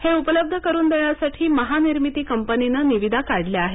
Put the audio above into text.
हे उपलब्ध करून देण्यासाठी महानिर्मिती कंपनीने निविदा काढल्या आहेत